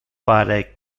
pare